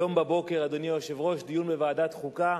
היום בבוקר, אדוני היושב-ראש, דיון בוועדת חוקה,